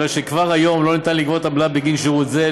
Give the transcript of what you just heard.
הרי שכבר היום לא ניתן לגבות עמלה בגין שירות זה.